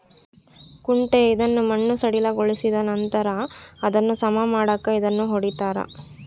ಕುಂಟೆ ಇದನ್ನು ಮಣ್ಣು ಸಡಿಲಗೊಳಿಸಿದನಂತರ ಅದನ್ನು ಸಮ ಮಾಡಾಕ ಇದನ್ನು ಹೊಡಿತಾರ